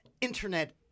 internet